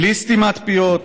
בלי סתימת פיות,